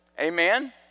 Amen